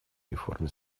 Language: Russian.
реформе